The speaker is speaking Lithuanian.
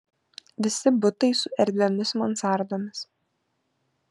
visi butai su erdviomis mansardomis